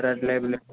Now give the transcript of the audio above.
red label